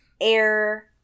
Air